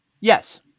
Yes